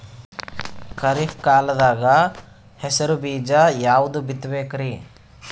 ಖರೀಪ್ ಕಾಲದಾಗ ಹೆಸರು ಬೀಜ ಯಾವದು ಬಿತ್ ಬೇಕರಿ?